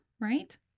right